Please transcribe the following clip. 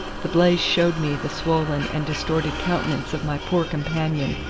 the blaze showed me the swollen and distorted countenance of my poor companion,